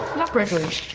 not prickly.